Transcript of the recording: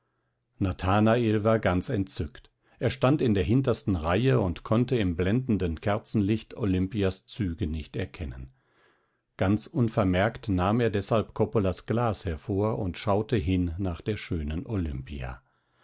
nathanael war ganz entzückt er stand in der hintersten reihe und konnte im blendenden kerzenlicht olimpias züge nicht ganz erkennen ganz unvermerkt nahm er deshalb coppolas glas hervor und schaute hin nach der schönen olimpia